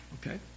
Okay